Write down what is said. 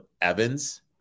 Evans